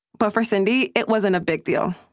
but for cindy, it wasn't a big deal.